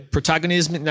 Protagonism